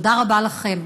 תודה רבה לכם.